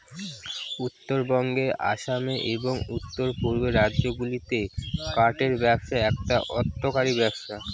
উত্তরবঙ্গে আসামে এবং উত্তর পূর্বের রাজ্যগুলাতে কাঠের ব্যবসা একটা অর্থকরী ব্যবসা